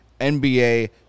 NBA